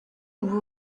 will